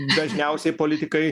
dažniausiai politikai